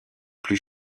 plus